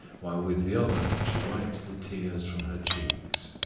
while with the other she wiped the tears from her cheeks.